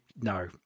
No